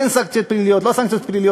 כן סנקציות פליליות או לא סנקציות פליליות.